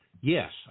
yes